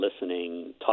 listening